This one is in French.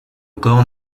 corps